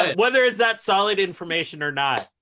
whether is that solid information or not?